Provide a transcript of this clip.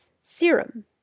serum